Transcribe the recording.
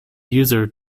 user